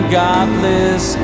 godless